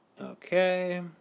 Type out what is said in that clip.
Okay